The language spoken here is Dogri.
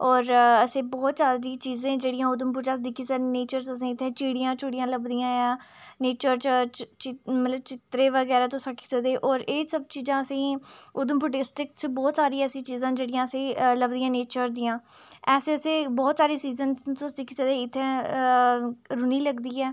होर असें बोह्त सारी चीज़ां जेह्ड़ियां उधमपुर च अस दिक्खी सकने आं नेचर असेंगी चिड़ियां चुड़ियां लभदियां ऐं नेचर च च मतलब चित्तरे बगैरा तुस आक्खी सकदे होर एह् सब चीज़ां असेंगी उधमपुर डिस्टिक बोह्त सारियां ऐसी चीज़ां जेह्ड़यिां असेंगी लभदियां नेचर दियां ऐसे ऐसे बोह्त सारे सीजन च तुस दिक्खी इत्थै रूह्नी लगदी ऐ